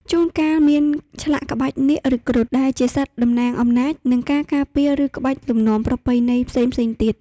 ជួនកាលមាន ឆ្លាក់ក្បាច់នាគ ឬគ្រុឌ ដែលជាសត្វតំណាងអំណាច និងការការពារ ឬក្បាច់លំនាំប្រពៃណីផ្សេងៗទៀត។